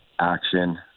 action